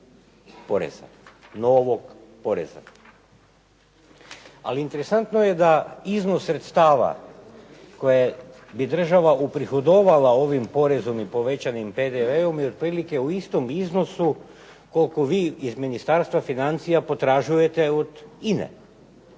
Ali interesantno je da iznos sredstava koje bi država uprihodovala ovim porezovnim povećanim PDV-om je otprilike u istom iznosu koliko vi iz Ministarstva financija potražujete od INA-e.